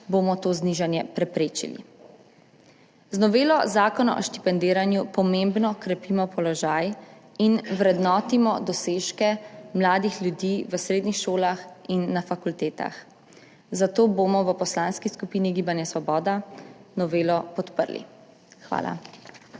bomo to znižanje preprečili. Z novelo Zakona o štipendiranju pomembno krepimo položaj in vrednotimo dosežke mladih ljudi v srednjih šolah in na fakultetah, zato bomo v Poslanski skupini Gibanja Svoboda novelo podprli. Hvala.